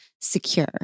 secure